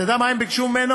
אתה יודע מה הם ביקשו ממנו?